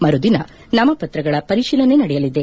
ಮರುದಿನ ನಾಮಪತ್ರಗಳ ಪರಿಶೀಲನೆ ನಡೆಯಲಿದೆ